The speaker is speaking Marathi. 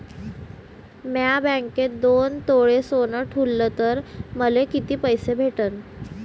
म्या बँकेत दोन तोळे सोनं ठुलं तर मले किती पैसे भेटन